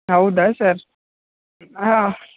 ಹಾಂ ಹೌದಾ ಸರ್ ಹಾಂ